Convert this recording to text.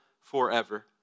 forever